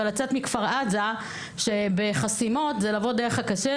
אבל לצאת מכפר עזה בחסימות זה קשה,